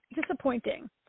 disappointing